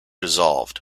dissolved